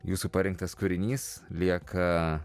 jūsų parengtas kūrinys lieka